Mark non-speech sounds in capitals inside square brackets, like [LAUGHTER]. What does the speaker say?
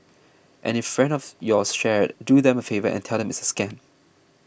and if friend of [UNINTELLIGIBLE] yours share it do them a favour and tell them it's a scam